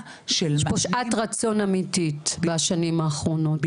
של --- יש פה שעת רצון אמיתית בשנים האחרונות,